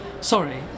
sorry